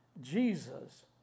Jesus